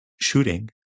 shooting